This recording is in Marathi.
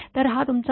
तर हा तुमचा १९